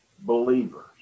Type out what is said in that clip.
believers